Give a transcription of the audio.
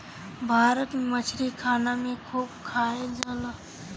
भारत में मछरी खाना में खूब खाएल जाला